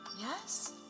Yes